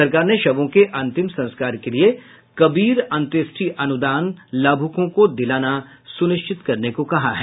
सरकार ने शवों के अंतिम संस्कार के लिये कबीर अंत्येष्टि अनुदान लाभुकों को दिलाना सुनिश्चित करने को कहा है